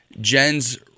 Jen's